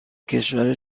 کشور